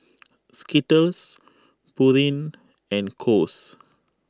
Skittles Pureen and Kose